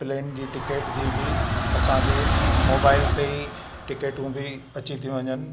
plain जी ticket जी बि असांखे मोबाइल ते ई टिकिटूं बि अची थी वञनि